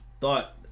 thought